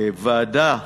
הוועדה,